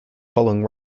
following